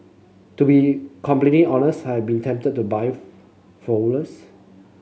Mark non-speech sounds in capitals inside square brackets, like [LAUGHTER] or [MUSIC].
to be completely honest I have been tempted to buy [UNINTELLIGIBLE] follows